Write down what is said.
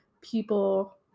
people